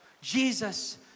Jesus